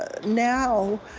ah now